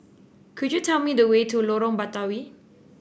could you tell me the way to Lorong Batawi